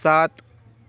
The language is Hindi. सात